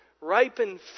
ripen